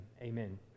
Amen